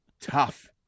Tough